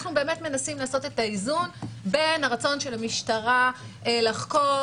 מנסים לעשות את האיזון בין הרצון של המשטרה לחקור